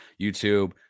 YouTube